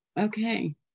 Okay